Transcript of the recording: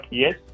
yes